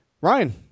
Ryan